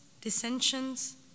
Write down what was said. dissensions